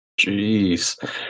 Jeez